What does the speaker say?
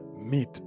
meet